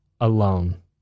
alone